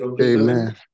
Amen